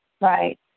right